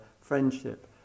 friendship